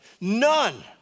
None